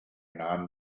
non